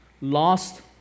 Lost